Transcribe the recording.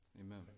Amen